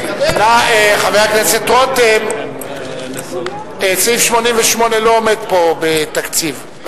חבר הכנסת רותם, סעיף 88 לא עומד פה, בתקציב.